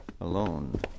alone